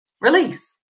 Release